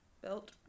Built